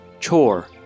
Chore